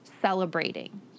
celebrating